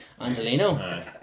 Angelino